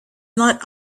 not